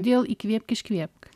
kodėl įkvėpk iškvėpk